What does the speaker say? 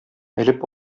элеп